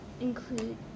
include